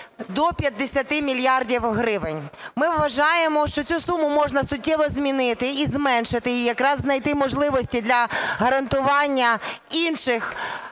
до 50 мільярдів гривень. Ми вважаємо, що цю суму можна суттєво змінити і зменшити її, якраз знайти можливості для гарантування інших,